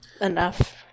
enough